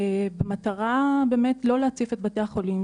במטרה באמת לא להציף את בתי החולים,